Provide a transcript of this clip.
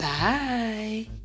Bye